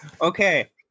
Okay